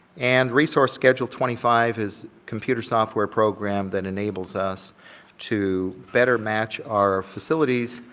and resource schedule twenty five is computer software program that enables us to better match our facilities,